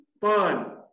fun